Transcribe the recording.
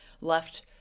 left